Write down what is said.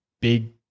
big